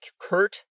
Kurt